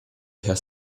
herr